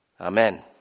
Amen